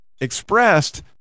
expressed